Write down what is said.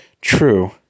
true